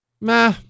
meh